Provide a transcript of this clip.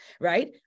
right